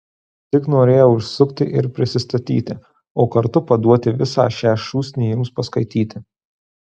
tik norėjau užsukti ir prisistatyti o kartu paduoti visą šią šūsnį jums paskaityti